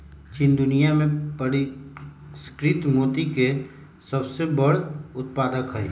चीन दुनिया में परिष्कृत मोती के सबसे बड़ उत्पादक हई